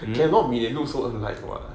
cannot be that look so alike what